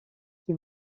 qui